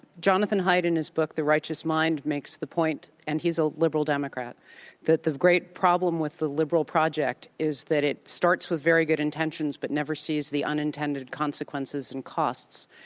jonathan haidt in his book the righteous mind makes the point and he's a liberal democrat that the great problem with the liberal project is that it starts with very good intentions, but never sees the unintended consequences and cost